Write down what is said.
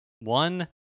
One